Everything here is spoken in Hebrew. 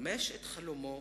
לממש את חלומו